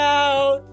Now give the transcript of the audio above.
out